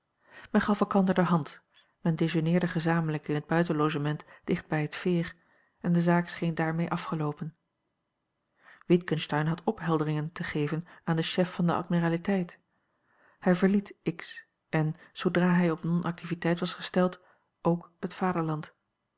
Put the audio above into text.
men gaf elkander de hand men dejeuneerde gezamenlijk in het buitenlogement dicht bij het veer en de zaak scheen daarmee afgeloopen witgensteyn had ophelderingen te geven aan den chef van de admiraliteit hij verliet x en zoodra hij op nonactiviteit was gesteld ook het